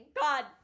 god